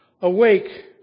Awake